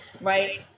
right